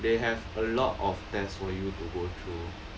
they have a lot of test for you to go through